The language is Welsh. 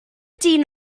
dyn